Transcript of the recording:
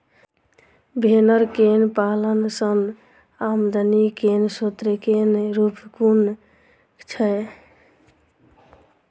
भेंर केँ पालन सँ आमदनी केँ स्रोत केँ रूप कुन छैय?